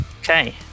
Okay